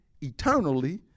eternally